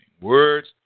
words